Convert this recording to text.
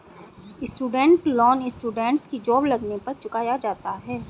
student loan students की job लगने पर चुकाया जाता है